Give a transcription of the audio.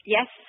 Yes